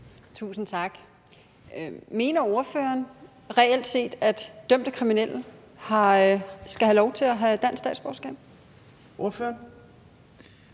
Tusind tak. Mener ordføreren reelt set, at dømte kriminelle skal have lov til at have dansk statsborgerskab? Kl.